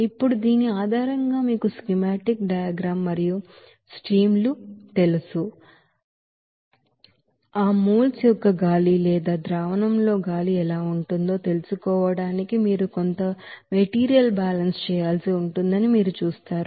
ఇప్పుడు దీని ఆధారంగా మీకు స్కీమాటిక్ డయాగ్రమ్ మరియు స్ట్రీమ్ లు తెలుసు అని మీకు తెలుసు ఆ మోల్స్ యొక్క గాలి లేదా ద్రావణం లో గాలి ఎలా ఉంటుందో తెలుసుకోవడానికి మీరు కొంత మెటీరియల్ బ్యాలెన్స్ చేయాల్సి ఉంటుందని మీరు చూస్తారు